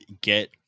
get